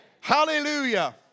Hallelujah